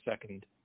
second